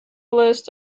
list